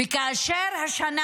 וכאשר השנה